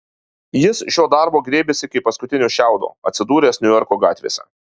jis šio darbo griebėsi kaip paskutinio šiaudo atsidūręs niujorko gatvėse